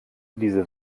diese